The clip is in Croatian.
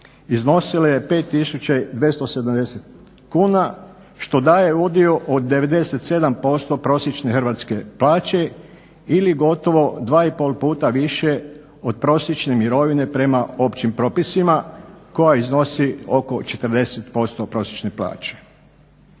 iznosila je 5.270 kuna što daje udio od 97% prosječne hrvatske plaće ili gotovo 2,5 puta više od prosječne mirovine prema općim propisima koja iznosi oko 40% prosječne plaće.